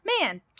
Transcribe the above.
Man